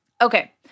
Okay